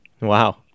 Wow